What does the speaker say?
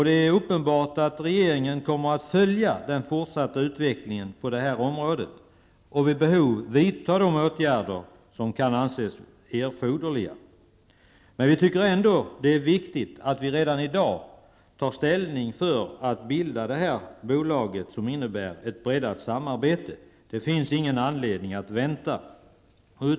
Det är uppenbart att regeringen kommer att följa den fortsatta utvecklingen på detta område och vid behov vidta de åtgärder som kan anses erforderliga. Men vi tycker ändå att det är viktigt att vi redan i dag tar ställning för att bilda detta bolag som innebär ett breddat samarbete. Det finns ingen anledning att vänta.